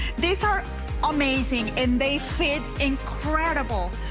these are amazing and they fit incredible.